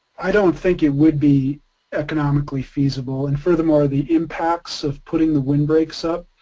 i don't think it would be economically feasible and furthermore the impacts of putting the windbreaks up,